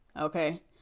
Okay